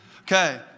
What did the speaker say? Okay